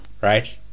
Right